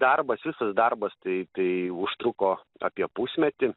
darbas visas darbas tai tai užtruko apie pusmetį